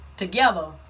together